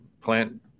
plant